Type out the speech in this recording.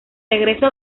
regreso